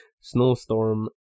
snowstorm